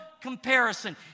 comparison